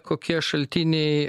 kokie šaltiniai